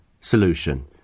solution